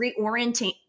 reorienting